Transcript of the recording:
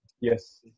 yes